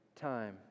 time